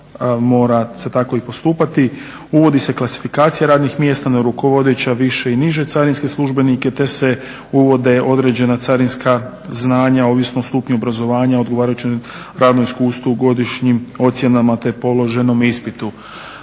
mora se tako i postupati. Uvodi se klasifikacija radnih mjesta na rukovodeće, više i niže carinske službenike te se uvode određena carinska znanja ovisno o stupnju obrazovanja, odgovarajućem radnom iskustvu, godišnjim ocjenama te položenom ispitu.